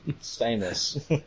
stainless